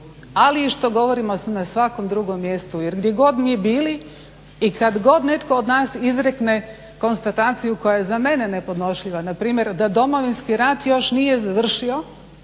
ali i što govorimo na svakom drugom mjestu jer gdje god mi bili i kad god netko od nas izrekne konstataciju koja je za mene nepodnošljiva. Npr. da Domovinski rat još nije završio